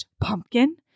pumpkin